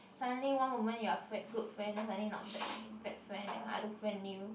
suddenly one moment you are freind good friend then suddenly not friend bad friend that kind I don't friend you